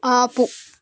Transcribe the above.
ఆపు